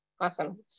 Awesome